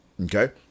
okay